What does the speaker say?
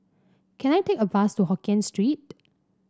can I take a bus to Hokien Street